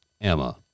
Emma